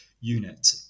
unit